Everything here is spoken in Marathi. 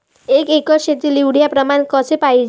एक एकर शेतीले युरिया प्रमान कसे पाहिजे?